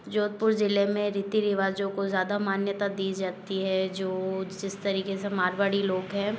जोधपुर ज़िले में रीति रिवाजो को ज़्यादा मान्यता दी जाती है जो जिस तरीके से मारवाड़ी लोग हैं